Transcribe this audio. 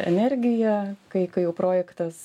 energiją kai kai jau projektas